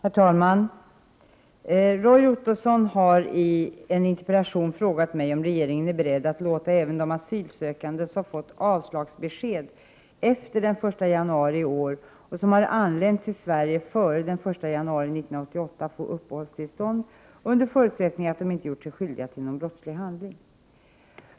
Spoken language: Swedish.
Herr talman! Roy Ottosson har i en interpellation frågat mig om regeringen är beredd att låta även de asylsökande som fått avslagsbesked efter den 1 januari i år och som har anlänt till Sverige före den 1 januari 1988 få uppehållstillstånd, under förutsättning att de inte gjort sig skyldiga till någon brottslig handling.